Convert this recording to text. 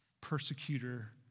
persecutor